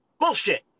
Bullshit